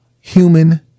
Human